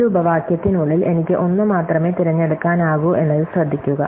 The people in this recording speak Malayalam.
ഒരു ഉപവാക്യത്തിനുള്ളിൽ എനിക്ക് 1 മാത്രമേ തിരഞ്ഞെടുക്കാനാകൂ എന്നത് ശ്രദ്ധിക്കുക